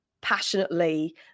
passionately